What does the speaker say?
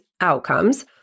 outcomes